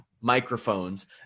microphones